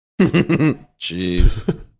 Jeez